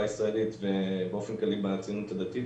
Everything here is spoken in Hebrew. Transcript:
הישראלית ובאופן כללי גם בציונות הדתית,